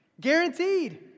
Guaranteed